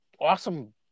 awesome